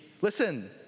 Listen